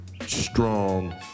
strong